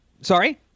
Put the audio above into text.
Sorry